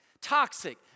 toxic